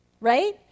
right